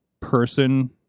person